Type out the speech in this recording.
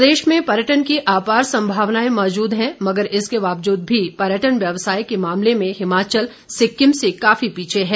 पत्रकार वार्ता प्रदेश में पर्यटन की आपार संभावनाएं मौजूद हैं मगर इसके बावजूद भी पर्यटन व्यवसाय के मामले में हिमाचल सिक्किम से काफी पीछे है